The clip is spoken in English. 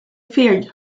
feared